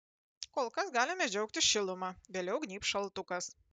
kol kas galime džiaugtis šiluma vėliau gnybs šaltukas